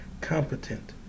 competent